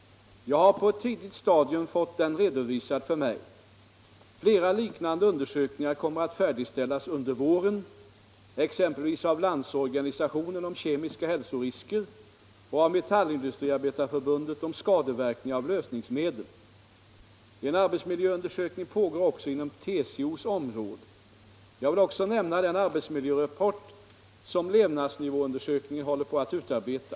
Jag har på ett tidigt stadium fått den redovisad för mig. Flera liknande undersökningar kommer att färdigställas under våren, exempelvis av LO om kemiska hälsorisker och av Metallindustriarbetareförbundet om skadeverkningar av lösningsmedel. En arbetsmiljöundersökning pågår också inom TCO:s område. Jag vill också nämna den arbetsmiljörapport som levnadsnivåundersökningen håller på att utarbeta.